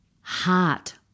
heart